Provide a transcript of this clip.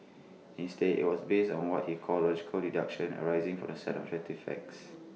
instead IT was based on what he called logical deductions arising from A set of objective facts